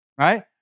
right